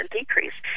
decrease